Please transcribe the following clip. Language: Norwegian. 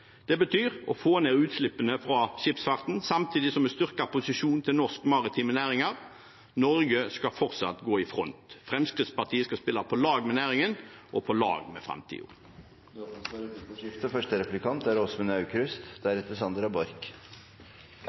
Det betyr å få ned utslippene fra skipsfarten, samtidig som vi styrker posisjonen til norske maritime næringer. Norge skal fortsatt gå i front. Fremskrittspartiet skal spille på lag med næringen og på lag med framtiden. Det blir replikkordskifte.